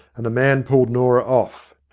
and a man pulled norah off.